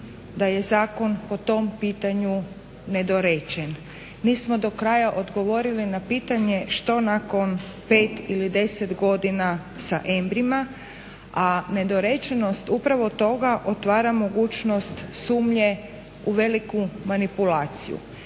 da je zakon po tom pitanju nedorečen. Nismo do kraja odgovorili na pitanje što nakon 5 ili 10 godina sa embrijima. A nedorečenost upravo toga otvara mogućnost sumnje u veliku manipulaciju.